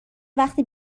وقتی